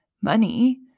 money